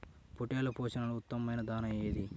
పొట్టెళ్ల పోషణలో ఉత్తమమైన దాణా ఏది?